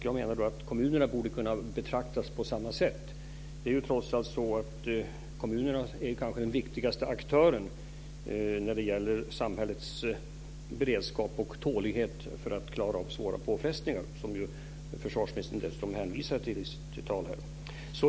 Jag menar då att kommunerna borde kunna betraktas på samma sätt. Kommunen är kanske trots allt den viktigaste aktören när det gäller samhällets beredskap och tålighet i fråga om att klara svåra påfrestningar, som försvarsministern dessutom hänvisar till i sitt anförande.